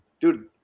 Dude